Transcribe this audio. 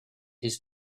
his